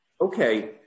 okay